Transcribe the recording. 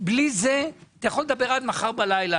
בלי זה אתה יכול לדבר עד מחר בלילה,